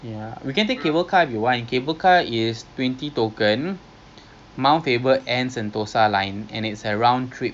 then actually kalau nak kita boleh beli the twelve piece chicken ju~ just now I was telling you about the shake shack duck that one